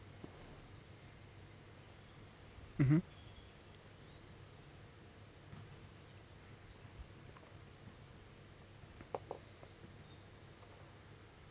mmhmm